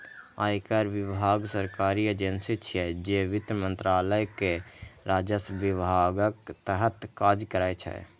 आयकर विभाग सरकारी एजेंसी छियै, जे वित्त मंत्रालय के राजस्व विभागक तहत काज करै छै